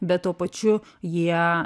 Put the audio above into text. bet tuo pačiu jie